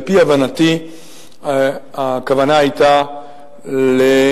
על-פי הבנתי הכוונה היתה לתמלוגים.